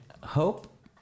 hope